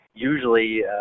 Usually